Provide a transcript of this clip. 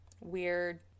weird